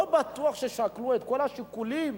לא בטוח ששקלו את כל השיקולים